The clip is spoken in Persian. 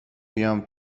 بیام